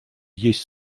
есть